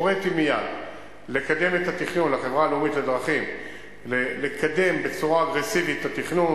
הוריתי מייד לחברה הלאומית לדרכים לקדם בצורה אגרסיבית את התכנון,